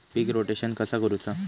पीक rotation कसा करूचा?